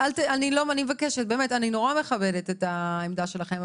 אני מאוד מכבדת את העמדה שלכם,